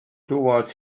toward